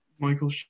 Michael